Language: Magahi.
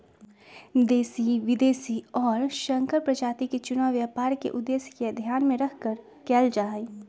देशी, विदेशी और संकर प्रजाति के चुनाव व्यापार के उद्देश्य के ध्यान में रखकर कइल जाहई